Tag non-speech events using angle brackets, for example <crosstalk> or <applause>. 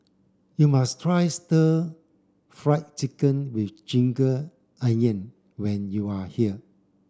you must try stir fry chicken with <unintelligible> onion when you are here